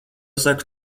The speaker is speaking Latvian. saku